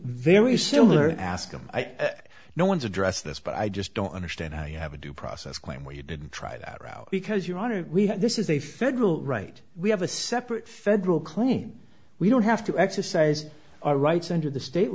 very similar ask them no one's address this but i just don't understand how you have a due process claim where you didn't try it out because your honor we have this is a federal right we have a separate federal claim we don't have to exercise our rights under the state